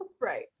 Right